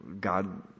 God